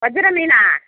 வஞ்சர மீனா